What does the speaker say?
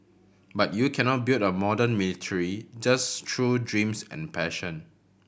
but you cannot build a modern military just through dreams and passion